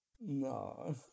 No